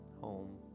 home